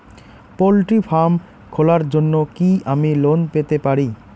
Poultry farm খোলার জন্য কি আমি লোন পেতে পারি?